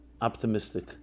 optimistic